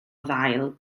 ddail